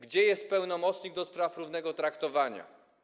Gdzie jest pełnomocnik do spraw równego traktowania?